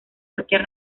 cualquier